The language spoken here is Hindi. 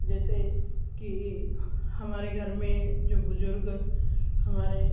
जैसे कि हमारे घर में जो बुज़ुर्ग हमारे